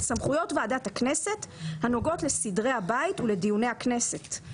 סמכויות ועדת הכנסת הנוגעות לסדרי הבית ולדיוני הכנסת.